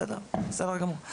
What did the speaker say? בסדר גמור.